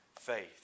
faith